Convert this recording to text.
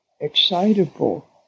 excitable